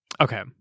Okay